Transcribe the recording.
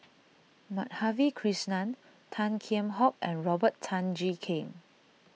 Madhavi Krishnan Tan Kheam Hock and Robert Tan Jee Keng